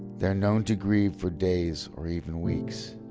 they're known to grieve for days or even weeks.